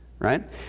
right